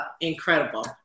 incredible